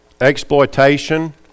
exploitation